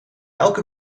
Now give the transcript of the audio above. elke